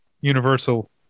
Universal